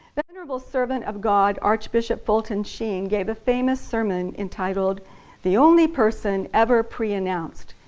venerable servant of god archbishop fulton sheen gave a famous sermon entitled the only person ever pre-announced.